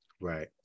Right